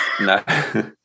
No